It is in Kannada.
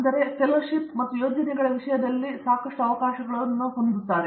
ನಿರ್ಮಲ ಹೌದು ಫೆಲೋಷಿಪ್ ಮತ್ತು ಯೋಜನೆಗಳ ವಿಷಯದಲ್ಲಿ ಈಗ ನಾವು ಸಾಕಷ್ಟು ಅವಕಾಶಗಳನ್ನು ಹೊಂದಿದ್ದೇವೆ